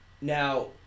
Now